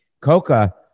Coca